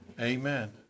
Amen